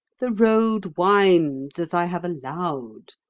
the road winds, as i have allowed,